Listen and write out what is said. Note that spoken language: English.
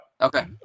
Okay